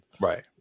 Right